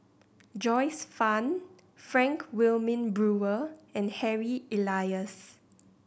Joyce Fan Frank Wilmin Brewer and Harry Elias